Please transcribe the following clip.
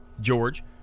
George